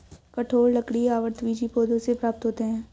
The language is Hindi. कठोर लकड़ी आवृतबीजी पौधों से प्राप्त होते हैं